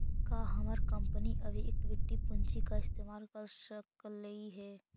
का हमर कंपनी अभी इक्विटी पूंजी का इस्तेमाल कर सकलई हे